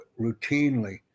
routinely